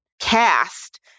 cast